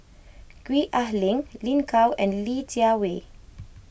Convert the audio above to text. Gwee Ah Leng Lin Gao and Li Jiawei